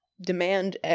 demand